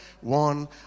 one